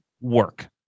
work